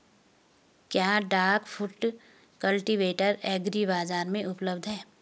क्या duck foot cultivator agri बाज़ार में उपलब्ध है?